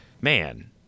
man